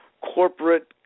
corporate